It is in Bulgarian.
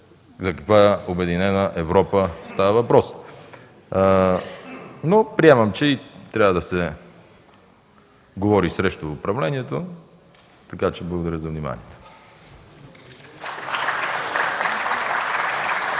за каква обединена Европа става въпрос? Но приемам, че и трябва да се говори срещу управлението, така че благодаря за вниманието.